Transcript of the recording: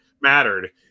mattered